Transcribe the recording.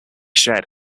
shared